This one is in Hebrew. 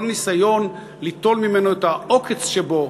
כל ניסיון ליטול ממנו את העוקץ שבו,